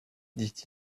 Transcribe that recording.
dit